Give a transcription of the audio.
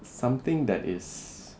something that is